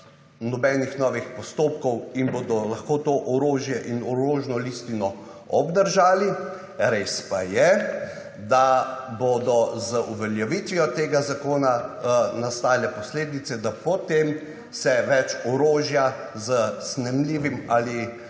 nobenih novih postopkov in bodo lahko to orožje in orožno listino obdržali res pa je, da bodo z uveljavitvijo tega zakona nastajale posledice, da po tem se več orožja s snemljivim ali